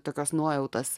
tokios nuojautos